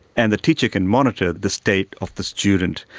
and the teacher can monitor the state of the student.